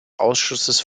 ausschusses